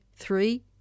Three